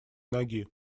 ноги